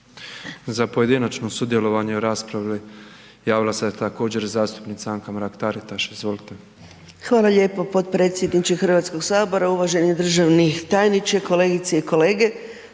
Za pojedinačno sudjelovanje u raspravi javila se također zastupnica Anka Mrak Taritaš, izvolite. **Mrak-Taritaš, Anka (GLAS)** Hvala lijepo potpredsjedniče Hrvatskog sabora, uvaženi državni tajniče, kolegice i kolege.